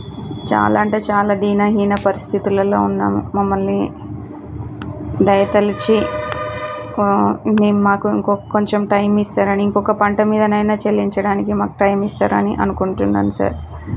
చాలా అంటే చాలా దీన హీన పరిస్థితులలో ఉన్నాము మమ్మల్ని దయతలచి మేము మాకు ఇంకొ కొంచెం టైమ్ ఇస్తారని ఇంకొక పంట మీద అయిన చెల్లించడానికి మాకు టైమ్ ఇస్తారని అనుకుంటున్నాను సార్